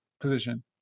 position